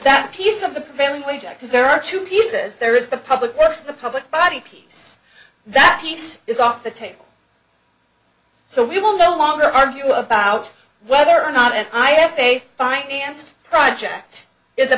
that piece of the prevailing wage because there are two pieces there is the public works the public body piece that he says is off the table so we will no longer argue about whether or not and i have a finance project is a